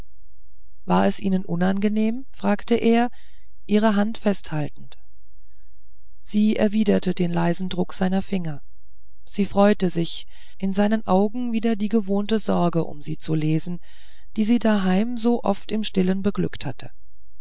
war es ihnen unangenehm fragte er ihre hand festhaltend sie erwiderte den leisen druck seiner finger sie freute sich in seinen augen wieder die gewohnte sorge um sie zu lesen die sie daheim so oft im stillen beglückt hatte